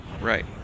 right